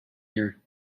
here